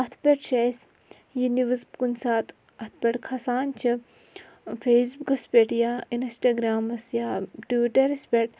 اَتھ پٮ۪ٹھ چھِ اَسہِ یہِ نِوٕز کُنہِ ساتہٕ اَتھ پٮ۪ٹھ کھَسان چھِ فیس بُکَس پٮ۪ٹھ یا اِنَسٹاگرٛامَس یا ٹُوِٹَرَس پٮ۪ٹھ